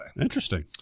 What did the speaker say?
interesting